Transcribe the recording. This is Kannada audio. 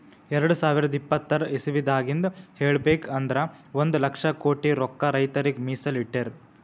ಎರಡ ಸಾವಿರದ್ ಇಪ್ಪತರ್ ಇಸವಿದಾಗಿಂದ್ ಹೇಳ್ಬೇಕ್ ಅಂದ್ರ ಒಂದ್ ಲಕ್ಷ ಕೋಟಿ ರೊಕ್ಕಾ ರೈತರಿಗ್ ಮೀಸಲ್ ಇಟ್ಟಿರ್